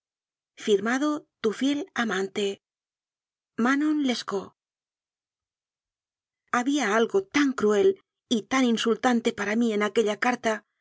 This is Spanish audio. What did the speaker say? firmado tu fiel amante manon lescaut había algo tan cruel y tan insultante para mí en aquella carta